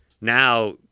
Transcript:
now